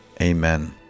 Amen